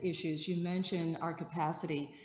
issues you mention our capacity,